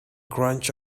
crunch